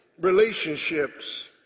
relationships